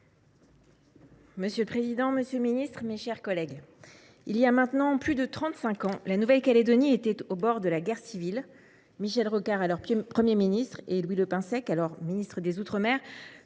Monsieur le président, monsieur le ministre, mes chers collègues, il y a maintenant plus de trente cinq ans, la Nouvelle Calédonie était au bord de la guerre civile. Michel Rocard, alors Premier ministre, et Louis Le Pensec, alors ministre des départements